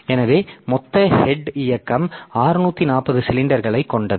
எனவே மொத்த ஹெட் இயக்கம் 640 சிலிண்டர்களைக் கொண்டது